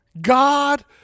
God